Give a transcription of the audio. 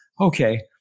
Okay